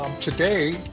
today